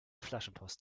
flaschenpost